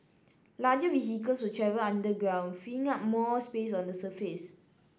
larger vehicles will travel underground freeing up more space on the surface